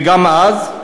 וגם אז,